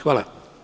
Hvala.